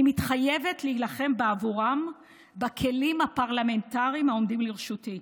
אני מתחייבת להילחם בעבורם בכלים הפרלמנטריים העומדים לרשותי.